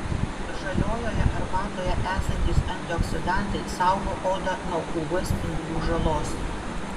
žaliojoje arbatoje esantys antioksidantai saugo odą nuo uv spindulių žalos